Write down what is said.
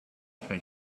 they